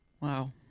Wow